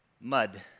mud